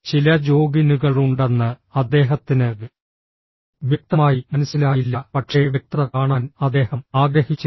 ചില ജോഗിനുകൾ ഉണ്ടെന്ന് അദ്ദേഹത്തിന് വ്യക്തമായി മനസ്സിലായില്ല പക്ഷേ വ്യക്തത കാണാൻ അദ്ദേഹം ആഗ്രഹിച്ചില്ല